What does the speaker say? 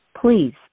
Please